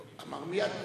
הוא אמר מייד שלא,